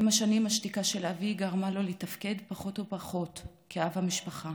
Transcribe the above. עם השנים השתיקה של אבי גרמה לו לתפקד פחות ופחות כאב המשפחה,